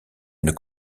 une